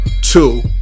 Two